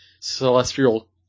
celestial